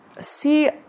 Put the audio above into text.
see